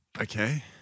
Okay